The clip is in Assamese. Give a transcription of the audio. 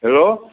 হেল্ল'